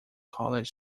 college